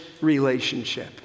relationship